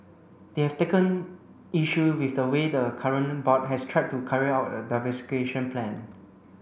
they have taken issue with the way the current board has tried to carry out a diversification plan